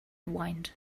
wind